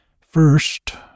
First